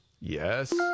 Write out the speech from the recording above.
Yes